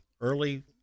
early